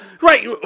right